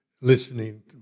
listening